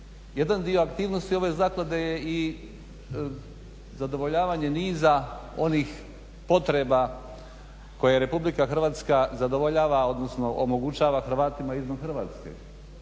Jedan dio aktivnosti ove zaklade je i zadovoljavanje niza onih potreba koje RH zadovoljava odnosno omogućava Hrvatima izvan Hrvatske.